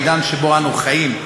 בעידן שבו אנו חיים,